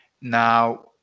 Now